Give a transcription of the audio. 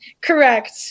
Correct